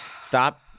stop